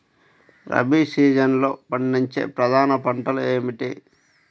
రబీ సీజన్లో పండించే ప్రధాన పంటలు ఏమిటీ?